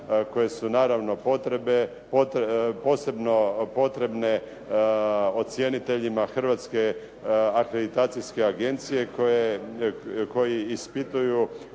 koje su naravno posebno potrebne ocjeniteljima Hrvatske akreditacijske agencije koji ispituju